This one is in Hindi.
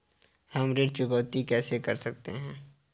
हम ऋण चुकौती कैसे कर सकते हैं?